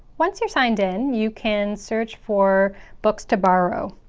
once you're signed in, you can search for books to borrow.